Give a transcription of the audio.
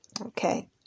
Okay